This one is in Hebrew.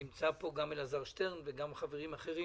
נמצא כאן גם אלעזר שטרן וגם חברים אחרים,